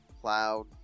plowed